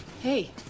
Hey